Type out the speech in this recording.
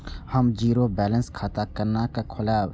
हम zero balance खाता केना खोलाब?